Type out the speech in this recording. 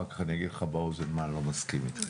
אחר כך אני אגיד לך באוזן על מה אני לא מסכים איתכם.